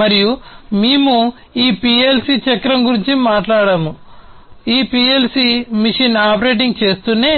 మరియు మేము ఈ పిఎల్సి చక్రం గురించి కూడా మాట్లాడాము ఈ పిఎల్సి మెషీన్ ఆపరేటింగ్ చేస్తూనే